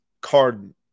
card